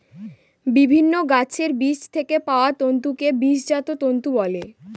বিভিন্ন গাছের বীজ থেকে পাওয়া তন্তুকে বীজজাত তন্তু বলে